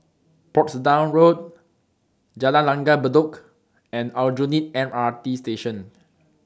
Portsdown Road Jalan Langgar Bedok and Aljunied M R T Station